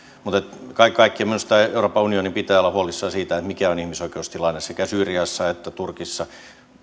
mutta kaiken kaikkiaan minusta euroopan unionin pitää olla huolissaan siitä mikä on ihmisoikeustilanne sekä syyriassa että turkissa